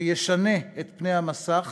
שישנה את פני המסך